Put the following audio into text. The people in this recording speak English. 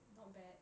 not bad